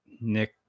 Nick